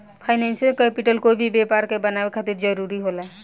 financial capital कोई भी व्यापार के बनावे खातिर जरूरी होला